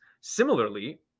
Similarly